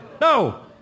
No